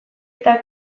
eta